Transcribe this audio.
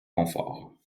confort